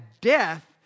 death